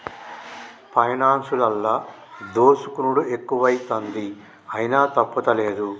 పైనాన్సులల్ల దోసుకునుడు ఎక్కువైతంది, అయినా తప్పుతలేదు